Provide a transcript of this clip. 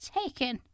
taken